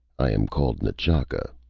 i am called n'chaka,